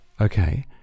Okay